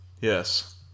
Yes